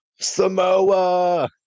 Samoa